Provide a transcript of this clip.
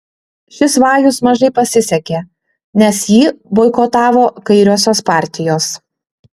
šis vajus mažai pasisekė nes jį boikotavo kairiosios partijos